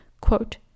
Quote